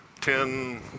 ten